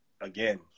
Again